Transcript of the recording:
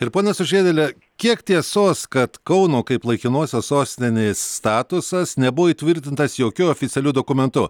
ir pone sužiedėli kiek tiesos kad kauno kaip laikinosios sostinės statusas nebuvo įtvirtintas jokiu oficialiu dokumentu